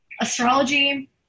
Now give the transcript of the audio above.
astrology